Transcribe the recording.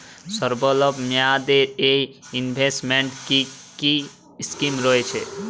স্বল্পমেয়াদে এ ইনভেস্টমেন্ট কি কী স্কীম রয়েছে?